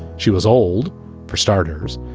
she was old for starters,